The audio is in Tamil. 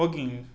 ஓகேங்க